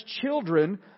children